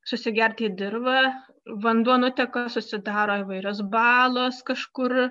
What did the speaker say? susigerti į dirvą vanduo nuteka susidaro įvairios balos kažkur